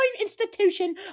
institution